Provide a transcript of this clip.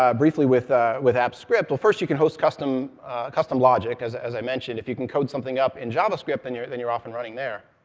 um briefly, with ah with apps script? well first, you can host custom custom logic, as as i mentioned. if you can code something up in javascript, and then you're off and running there.